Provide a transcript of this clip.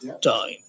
time